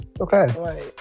Okay